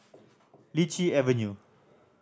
Lichi Avenue